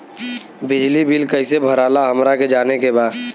बिजली बिल कईसे भराला हमरा के जाने के बा?